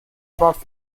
brought